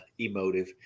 emotive